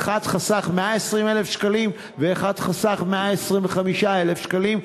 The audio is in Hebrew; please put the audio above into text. אחד חסך 120,000 שקלים ואחד חסך 125,000 שקלים,